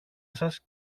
σας